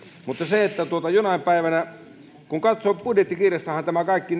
mutta jonain päivänä kun katsoo niin budjettikirjastahan tämä kaikki